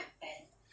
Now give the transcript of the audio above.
太牛逼我 store